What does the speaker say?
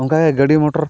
ᱚᱝᱠᱟᱜᱮ ᱜᱟᱹᱰᱤ ᱢᱚᱴᱚᱨ